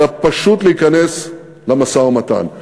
אלא פשוט להיכנס למשא-ומתן.